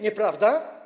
Nieprawda?